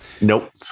nope